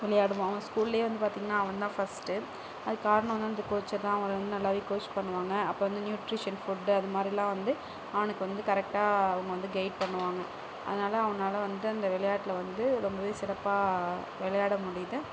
விளையாடுவான் அவங்க ஸ்கூல்லையே வந்து பார்த்திங்கன்னா அவன்தான் ஃபர்ஸ்ட்டு அதுக்கு காரணம் வந்து அந்த கோச்சர் தான் அவனை வந்து நல்லாவே கோச் பண்ணுவாங்க அப்போ வந்து நியூட்ரிஷியன் ஃபுட்டு அது மாதிரிலான் வந்து அவனுக்கு வந்து கரெக்டாக அவங்க வந்து கைட் பண்ணுவாங்க அதனால் அவனால் வந்து அந்த விளையாட்டில் வந்து ரொம்பவே சிறப்பாக விளையாட முடியிது